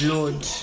Lord